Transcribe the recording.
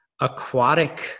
aquatic